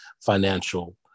financial